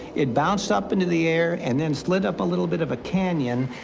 it bounced up into the air, and then slid up a little bit of a canyon.